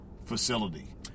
facility